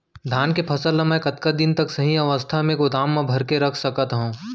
धान के फसल ला मै कतका दिन तक सही अवस्था में गोदाम मा भर के रख सकत हव?